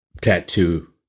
tattoo